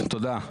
תודה.